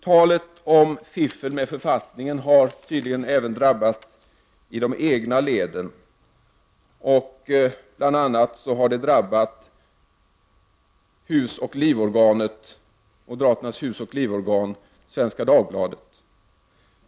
Talet om fiffel med författningen har tydligen även drabbat de egna leden. Det har bl.a. drabbat moderaternas husoch livorgan Svenska Dagbladet.